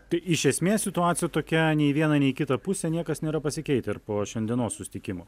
tai iš esmės situacija tokia nei viena nei kita pusė niekas nėra pasikeitę ir po šiandienos susitikimo